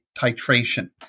titration